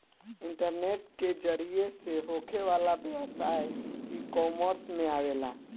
internet के जरिया से होखे वाला व्यवसाय इकॉमर्स में आवेला